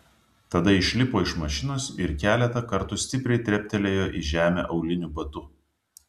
tada išlipo iš mašinos ir keletą kartų stipriai treptelėjo į žemę auliniu batu